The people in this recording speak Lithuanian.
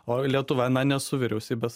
o lietuva na nesu vyriausybės